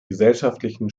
gesellschaftlichen